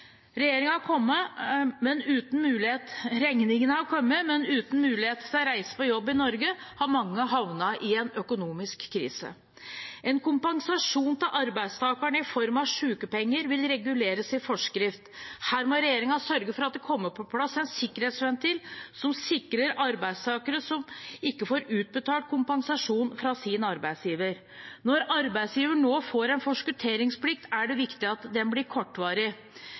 har kommet, men uten mulighet til å reise på jobb i Norge har mange havnet i en økonomisk krise. En kompensasjon til arbeidstakerne i form av sykepenger vil reguleres i forskrift. Her må regjeringen sørge for at det kommer på plass en sikkerhetsventil som sikrer arbeidstakere som ikke får utbetalt kompensasjon fra sin arbeidsgiver. Når arbeidsgiver nå får en forskutteringsplikt, er det viktig at den blir kortvarig.